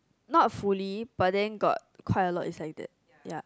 not fully but then got quite a lot is like that ya